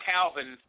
Calvin